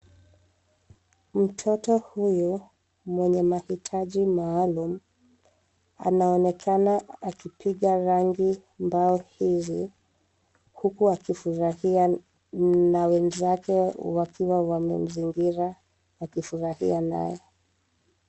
Mtoto huyu, mwenye mahitaji maalumu, anaonekana akipiga rangi mbao hizi. Huku akifurahia na wenzake wakiwa wamemzingira, wakifurahia naye.